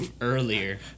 earlier